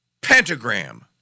pentagram